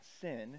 sin